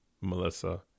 Melissa